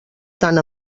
tant